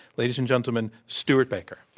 ladies and gentlemen, stewart baker.